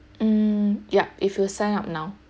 mm yup if you sign up now